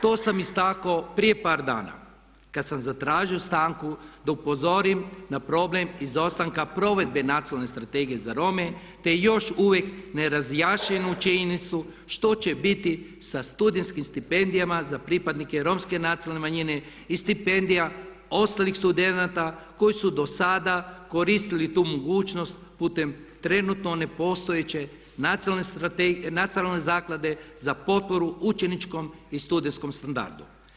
To sam istaknuo prije par dana kada sam zatražio stanku da upozorim na problem izostanka provedbe Nacionalne strategije za Rome te još uvijek nerazjašnjenju činjenicu što će biti sa studijskim stipendijama za pripadnike Romske nacionalne manjine i stipendija ostalih studenata koji su do sada koristili tu mogućnost putem trenutno nepostojeće Nacionalne zaklade za potporu učeničkom i studentskom standardu.